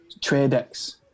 Tradex